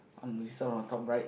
mm some on the top right